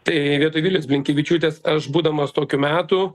tai vietoj vilijos blinkevičiūtės aš būdamas tokių metų